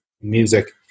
music